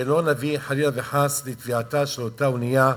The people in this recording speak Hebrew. שלא נביא, חלילה וחס, לטביעתה של אותה אונייה,